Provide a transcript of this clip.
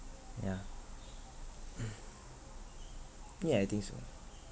yeah yeah I think so